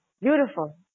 Beautiful